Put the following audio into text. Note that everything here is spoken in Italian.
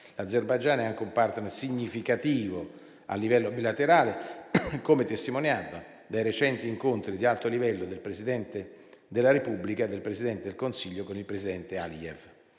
L'Azerbaigian è anche un *partner* significativo a livello bilaterale, come testimoniato dai recenti incontri di alto livello del Presidente della Repubblica e del Presidente del Consiglio con il presidente Aliyev.